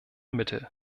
mittel